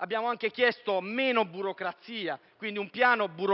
Abbiamo anche chiesto meno burocrazia e, quindi, un piano burocrazia